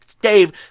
Dave